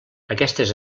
aquestes